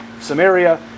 Samaria